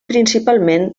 principalment